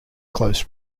close